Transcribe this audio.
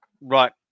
right